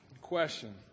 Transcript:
Question